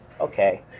okay